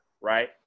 right